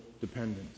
dependence